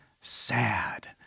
sad